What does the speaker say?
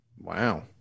Wow